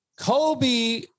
Kobe